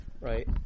right